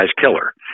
killer